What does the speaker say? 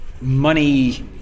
money